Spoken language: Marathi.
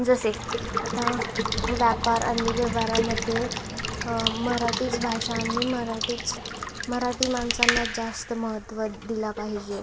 जसे आता व्यापार आणि व्यवहारामध्ये मराठीच भाषा आणि मराठीच मराठी माणसांनाच जास्त महत्त्व दिला पाहिजे